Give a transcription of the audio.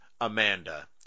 Amanda